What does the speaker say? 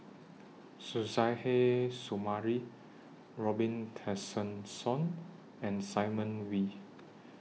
Suzairhe Sumari Robin Tessensohn and Simon Wee